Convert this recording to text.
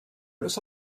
los